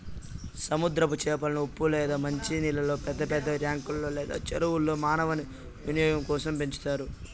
సముద్రపు చేపలను ఉప్పు లేదా మంచి నీళ్ళల్లో పెద్ద పెద్ద ట్యాంకులు లేదా చెరువుల్లో మానవ వినియోగం కోసం పెంచుతారు